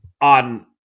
on